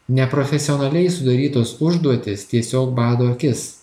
neprofesionaliai sudarytos užduotys tiesiog bado akis